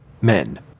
Men